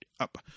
up